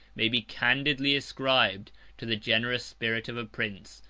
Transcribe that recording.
may be candidly ascribed to the generous spirit of a prince,